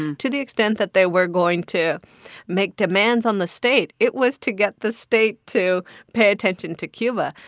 to the extent that they were going to make demands on the state. it was to get the state to pay attention to cuba.